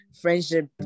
friendship